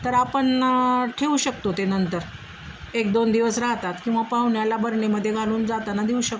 तर आपण ठेवू शकतो ते नंतर एक दोन दिवस राहतात किंवा पाहुण्याला बरणीमध्ये घालून जाताना देऊ शकतो